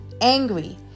angry